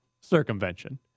circumvention